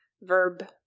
Verb